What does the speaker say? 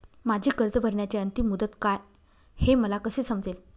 माझी कर्ज भरण्याची अंतिम मुदत काय, हे मला कसे समजेल?